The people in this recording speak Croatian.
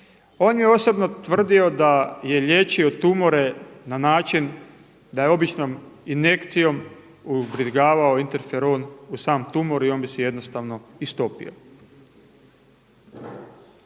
On je osobno tvrdio da je liječio tumore na način da je običnom injekcijom ubrizgavao interferon u sam tumor i on bi se jednostavno istopio.